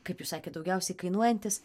kaip jūs sakėt daugiausiai kainuojantis